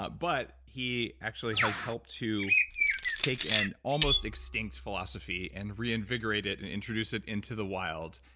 but but he actually has helped to take an almost extinct philosophy and reinvigorate it and introduce it into the wild.